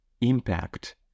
impact